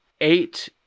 eight